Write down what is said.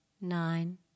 Nine